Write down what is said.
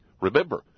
Remember